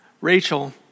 Rachel